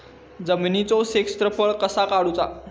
जमिनीचो क्षेत्रफळ कसा काढुचा?